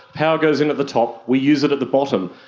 power goes in at the top, we use it at the bottom,